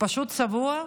פשוט צבוע.